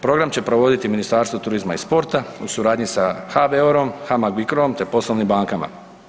Program će provoditi Ministarstvo turizma i sporta u suradnji sa HBOR-om, HAMAG Bicro-om te poslovnim bankama.